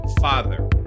father